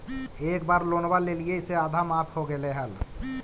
एक बार लोनवा लेलियै से आधा माफ हो गेले हल?